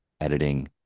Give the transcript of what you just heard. editing